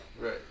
Right